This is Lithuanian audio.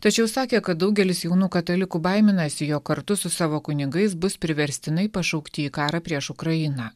tačiau sakė kad daugelis jaunų katalikų baiminasi jog kartu su savo kunigais bus priverstinai pašaukti į karą prieš ukrainą